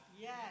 Yes